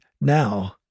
now